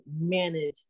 manage